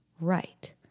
right